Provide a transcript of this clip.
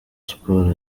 sport